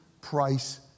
price